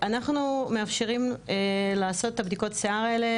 אנחנו מאפשרים לעשות את הבדיקות שיער האלה,